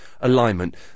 alignment